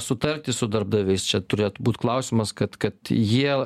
sutarti su darbdaviais čia turėtų būt klausimas kad kad jie